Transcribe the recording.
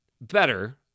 better –